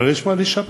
אבל יש מה לשפר.